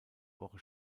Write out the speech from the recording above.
woche